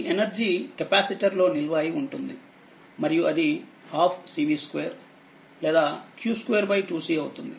ఈ energy capacitor లో నిల్వ అయి ఉంటుంది మరియు అది 12 cv 2 లేదా q2 2 c అవుతుంది